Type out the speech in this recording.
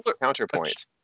counterpoint